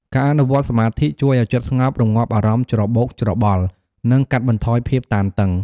ការអនុវត្តសមាធិជួយឱ្យចិត្តស្ងប់ រម្ងាប់អារម្មណ៍ច្របូកច្របល់ និងកាត់បន្ថយភាពតានតឹង។